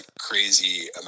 crazy